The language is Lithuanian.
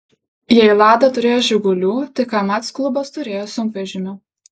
jei lada turėjo žigulių tai kamaz klubas turėjo sunkvežimių